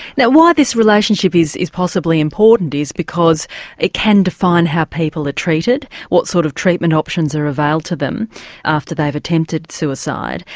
now why this relationship is is possibly important is because it can define how people are treated, what sort of treatment options are available to them after they've attempted suicide.